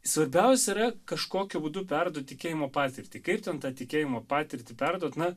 svarbiausia yra kažkokiu būdu perduot tikėjimo patirtį kaip ten tą tikėjimo patirtį perduot na